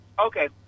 Okay